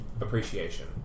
appreciation